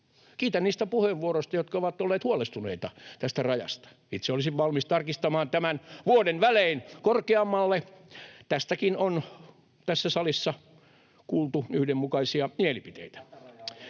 Kiitän niistä puheenvuoroista, jotka ovat olleet huolestuneita tästä rajasta. Itse olisin valmis tarkistamaan tämän vuoden välein korkeammalle. Tästäkin on tässä salissa kuultu yhdenmukaisia mielipiteitä.